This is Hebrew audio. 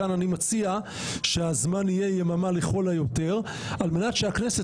כאן אני מציע שהזמן יהיה יממה לכל היותר על מנת שהכנסת